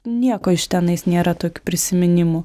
nieko iš tenais nėra tokių prisiminimų